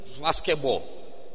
basketball